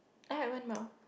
ah it went well